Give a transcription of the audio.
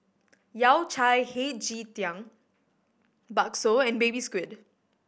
Yao Cai Hei Ji Tang bakso and Baby Squid